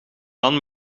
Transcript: dan